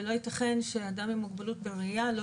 ולא ייתכן שאדם עם מוגבלות בראייה לא